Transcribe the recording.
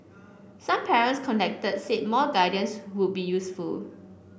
some parents contacted said more guidance would be useful